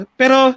pero